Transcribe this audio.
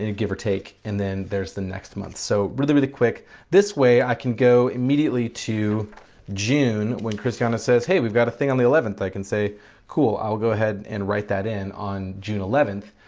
ah give or take. and then there's the next month. so really really quick this way i can go immediately to june when kristiana says, hey we've got a thing on the eleventh, i can say cool i'll go ahead and write that in on june eleventh.